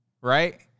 right